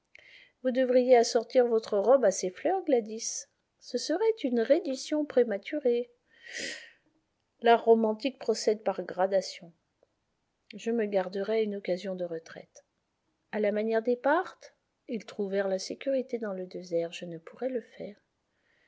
vous devriez assortir votre robe à ses lleurs gladys ce serait une reddition prématurée l'art romantique procède par gradation je me garderai une occasion de retraite a la manière des parthes ils trouvèrent la sécurité dans le désert je ne pourrais le faire